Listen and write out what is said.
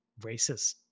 racist